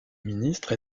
ministre